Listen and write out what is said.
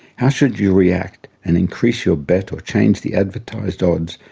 how should you react, and increase your bet or change the advertised odds,